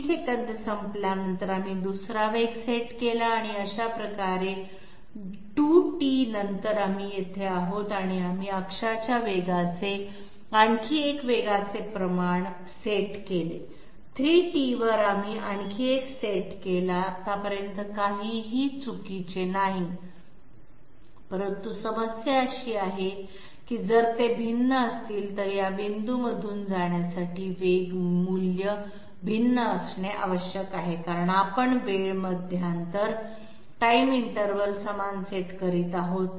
T second संपल्यानंतर आपण दुसरा वेग सेट केला आणि अशा प्रकारे 2T नंतर आपण येथे आहोत आणि आपण अक्षाच्या वेगाचे आणखी एक वेगाचे प्रमाण सेट केले 3T वर आपण आणखी एक सेट केला आतापर्यंत काहीही चुकीचे नाही परंतु समस्या अशी आहे की जर ते भिन्न असतील तर या बिंदूंमधून जाण्यासाठी वेग मूल्य भिन्न असणे आवश्यक आहे कारण आपण वेळ मध्यांतर समान सेट करत आहोत